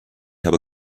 habe